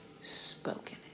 spoken